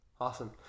awesome